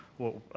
well,